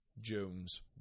Jones